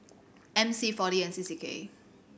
M C Four D and C C K